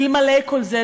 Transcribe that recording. אלמלא כל זה,